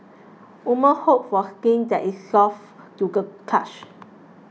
women hope for skin that is soft to the touch